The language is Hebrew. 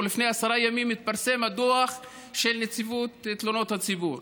או לפני עשרה ימים התפרסם הדוח של נציבות תלונות הציבור.